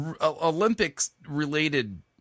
Olympics-related